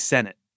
Senate